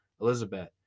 elizabeth